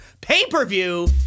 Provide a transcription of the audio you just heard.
pay-per-view